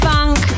Funk